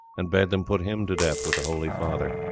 and bade them put him to death with the holy father.